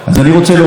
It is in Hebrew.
חברי הכנסת,